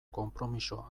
konpromiso